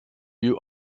you